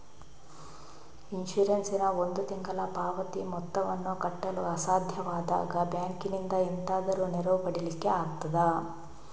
Insurance ನ ಒಂದು ತಿಂಗಳ ಪಾವತಿ ಮೊತ್ತವನ್ನು ಕಟ್ಟಲು ಅಸಾಧ್ಯವಾದಾಗ ಬ್ಯಾಂಕಿನಿಂದ ಎಂತಾದರೂ ನೆರವು ಪಡಿಲಿಕ್ಕೆ ಆಗ್ತದಾ?